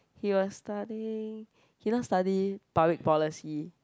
he was studying he not study public policy